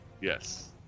yes